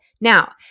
Now